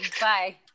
bye